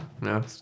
No